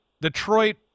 Detroit